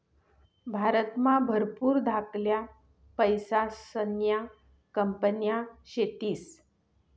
भारतमा भरपूर धाकल्या पैसासन्या कंपन्या शेतीस